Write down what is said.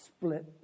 split